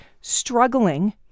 struggling